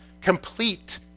Complete